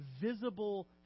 visible